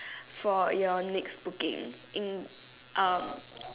for your next booking in um